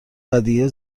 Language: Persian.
ودیعه